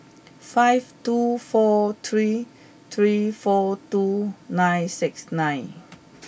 five two four three three four two nine six nine